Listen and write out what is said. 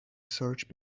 search